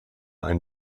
ein